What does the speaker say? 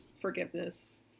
forgiveness